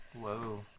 Whoa